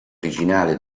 originale